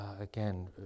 Again